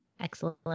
Excellent